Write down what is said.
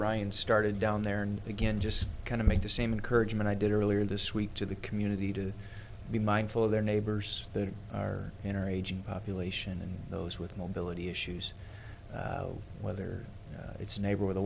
ryan started down there and again just kind of make the same courage when i did earlier this week to the community to be mindful of their neighbors the inner aging population and those with mobility issues whether it's a neighbor with a